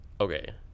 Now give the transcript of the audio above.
Okay